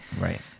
Right